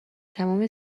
تمام